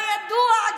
אתה ידוע,